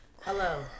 Hello